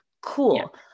Cool